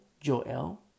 Joel